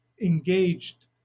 engaged